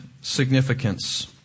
significance